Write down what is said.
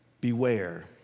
beware